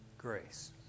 grace